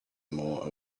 more